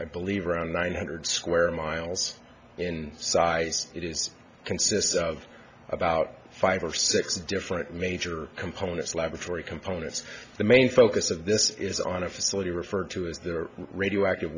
i believe around one hundred square miles in size it is consists of about five or six different major components laboratory components the main focus of this is on a facility referred to as the radioactive